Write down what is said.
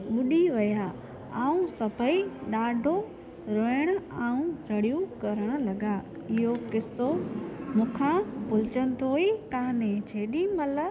बुॾी विया ऐं सभेई ॾाढो रुअण ऐं रड़ियूं करण लॻा इहो किसो मूं खां भुलजंदो ई काने जेॾी महिल